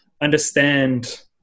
understand